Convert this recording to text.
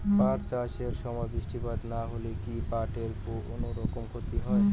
পাট চাষ এর সময় বৃষ্টিপাত না হইলে কি পাট এর কুনোরকম ক্ষতি হয়?